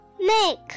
make